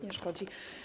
Nie szkodzi.